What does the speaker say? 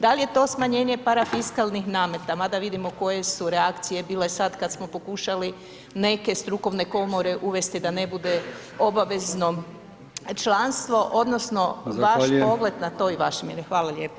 Da li je to smanjenje parafiskalnih nameta mada vidimo koje su reakcije bile sad kad smo pokušali neke strukovne komore uvesti da ne bude obavezno članstvo odnosno vaš pogled na to i ... hvala lijepa.